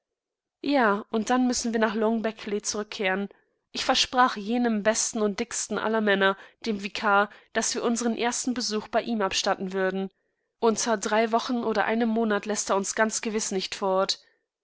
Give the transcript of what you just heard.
ja und dann müssen wir nach long beckley zurückkehren ich versprach jenem besten und dicksten aller männer dem vikar daß wir unsern ersten besuch bei ihm abstatten würden unter drei wochen oder einem monat läßt er uns ganz gewiß nicht fort